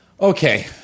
Okay